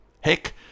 Heck